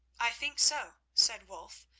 i think so, said wulf,